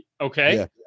Okay